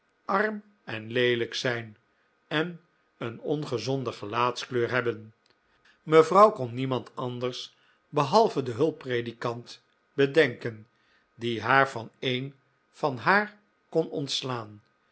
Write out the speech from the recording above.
arm en leelijk zijn en een ongezonde gelaatskleur hebben mevrouw kon niemand anders behalve den hulppredikant bedenken die haar van een van haar kon ontslaan